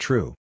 True